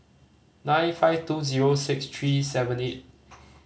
nine five two zero six three seven eight